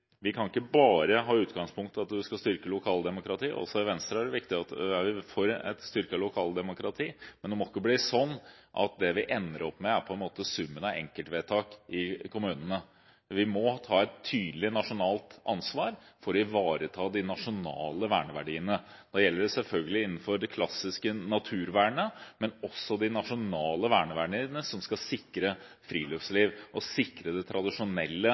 bare kan ha som utgangspunkt at det skal styrke lokaldemokratiet. Også i Venstre er vi for et styrket lokaldemokrati, men det må ikke bli sånn at det vi ender opp med, på en måte er summen av enkeltvedtak i kommunene. Vi må ta et tydelig nasjonalt ansvar for å ivareta de nasjonale verneverdiene. Det gjelder selvfølgelig innenfor det klassiske naturvernet, men også de nasjonale verneverdiene som skal sikre friluftsliv og sikre det tradisjonelle